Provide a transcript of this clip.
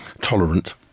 tolerant